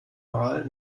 mal